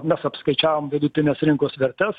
mes apskaičiavome vidutinės rinkos vertes